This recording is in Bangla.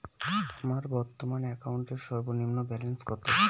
আমার বর্তমান অ্যাকাউন্টের সর্বনিম্ন ব্যালেন্স কত?